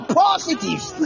positives